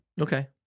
Okay